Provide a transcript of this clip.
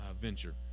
venture